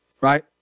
right